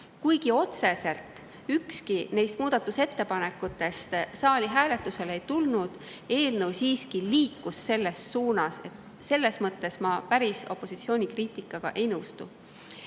Kuigi otseselt ükski neist muudatusettepanekutest saali hääletusele ei tulnud, eelnõu siiski liikus selles suunas. Selles mõttes ma opositsiooni kriitikaga päris